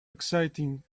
exciting